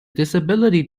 disability